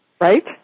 Right